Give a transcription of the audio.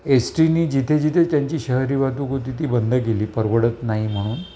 S T नी जिथे जिथे त्यांची शहरी वाहतूक होती ती बंद केली परवडत नाही म्हणून